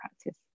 practice